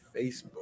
Facebook